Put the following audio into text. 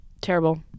Terrible